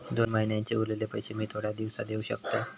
दोन महिन्यांचे उरलेले पैशे मी थोड्या दिवसा देव शकतय?